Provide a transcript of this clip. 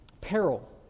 peril